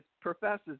professes